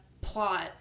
plot